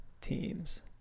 Teams